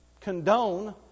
condone